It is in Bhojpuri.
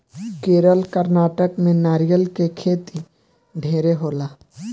केरल, कर्नाटक में नारियल के खेती ढेरे होला